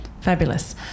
Fabulous